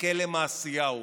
מכלא מעשיהו,